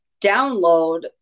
download